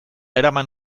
eraman